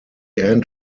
end